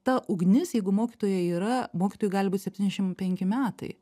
ta ugnis jeigu mokytojui yra mokytojui gali būt septyniasdešimt penki metai